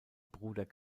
bruder